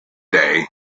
day